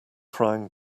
frying